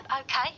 okay